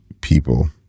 people